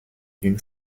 d’une